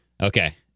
Okay